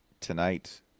tonight